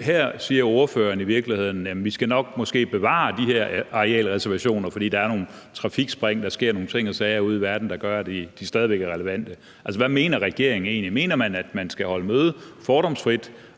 Her siger ordføreren i virkeligheden, at vi nok måske skal bevare de her arealreservationer, fordi der er nogle trafikspring og der sker nogle ting og sager ude i verden, der gør, at de stadig væk er relevante. Altså, hvad mener regeringen egentlig? Mener man, at man skal holde møde fordomsfrit